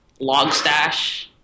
Logstash